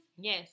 Yes